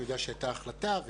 אני יודע שהייתה החלטה.